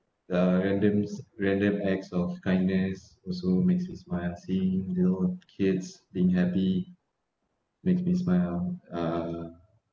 uh random random acts of kindness also makes me smile seeing you know kids being happy makes me smile uh